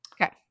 Okay